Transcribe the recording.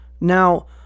Now